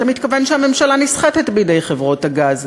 אתה מתכוון שהממשלה נסחטת בידי חברות הגז.